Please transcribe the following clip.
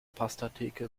pastatheke